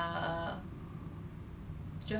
err sector mah then 然后